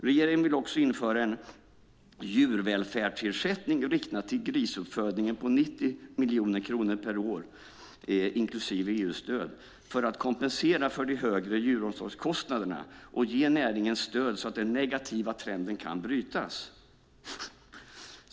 Regeringen vill också införa en djurvälfärdsersättning riktad till grisuppfödningen på 90 miljoner kronor per år inklusive EU-stöd för att kompensera för de högre djuromsorgskostnaderna och ge näringen stöd så att den negativa trenden kan brytas.